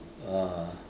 uh